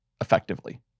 effectively